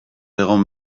egon